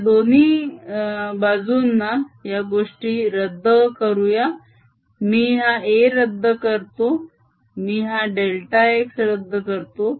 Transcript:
या गोष्टी दोन्ही बाजूंना रद्द करूया मी हा A रद्द करतो मी हा डेल्टा x रद्द करतो